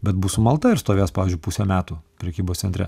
bet bus sumalta ir stovės pavyzdžiui pusę metų prekybos centre